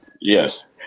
Yes